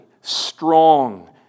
strong